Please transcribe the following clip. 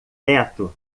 teto